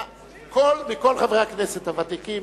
מכל חברי הכנסת הוותיקים,